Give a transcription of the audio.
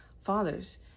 fathers